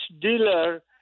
dealer